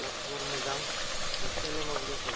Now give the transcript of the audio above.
खबर सबर मोजां नोंसोरनालाय मा बायदि खबर